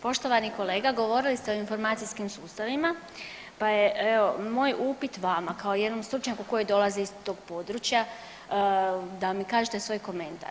Poštovani kolega, govorili ste o informacijskim sustavima, pa je evo moj upit vama kao jednom stručnjaku koji dolazi iz tog područja da mi kažete svoj komentar.